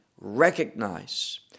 recognize